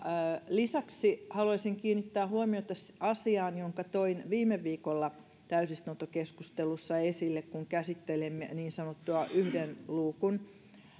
lisäksi haluaisin kiinnittää huomiota asiaan jonka toin viime viikolla täysistuntokeskustelussa esille kun käsittelimme niin sanottua yhden luukun